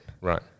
Right